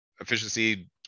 efficiency